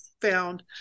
Found